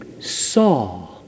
saw